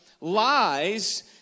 lies